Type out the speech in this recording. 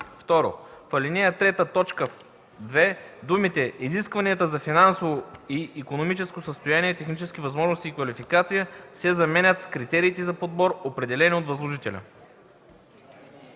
2. В ал. 3, т. 2 думите „изискванията за финансово и икономическо състояние, технически възможности и квалификация” се заменят с „критериите за подбор, определени от възложителя”.”